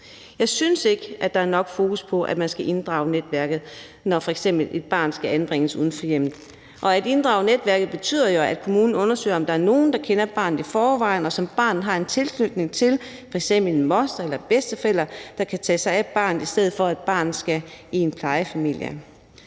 Jeg synes ikke, at der er nok fokus på, at man skal inddrage netværket, når f.eks. et barn skal anbringes uden for hjemmet, og at inddrage netværket betyder jo, at kommunen undersøger, om der er nogen, der kender barnet i forvejen, og som barnet har en tilknytning til – f.eks. en moster eller bedsteforælder – der kan tage sig af barnet, i stedet for at barnet skal i en plejefamilie.